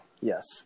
Yes